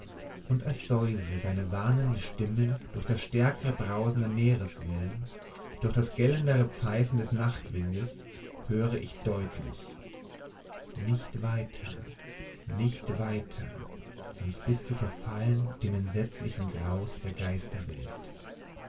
und als säusle seine warnende stimme durch das stärkere brausen der meereswellen durch das gellendere pfeifen des nachtwindes höre ich deutlich nicht weiter nicht weiter sonst bist du verfallen dem entsetzlichen graus der geisterwelt